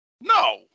No